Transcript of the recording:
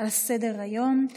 שעל סדר-היום,